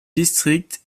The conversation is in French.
district